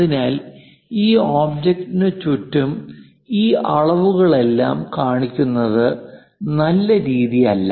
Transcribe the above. അതിനാൽ ഈ ഒബ്ജക്റ്റിന് ചുറ്റും ഈ അളവുകളെല്ലാം കാണിക്കുന്നത് നല്ല രീതിയല്ല